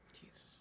Jesus